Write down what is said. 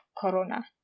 corona